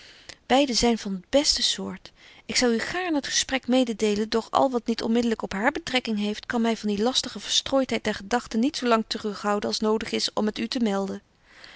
beide zyn van t beste soort ik zou u gaarn het gesprek mededeelen doch al wat niet onmiddelyk op haar betrekking heeft kan my van die lastige verstrooitheid der gedagten niet zo lang te rug houden als nodig is om het u te melden